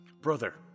Brother